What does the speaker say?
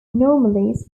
anomalies